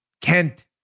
Kent